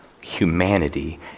humanity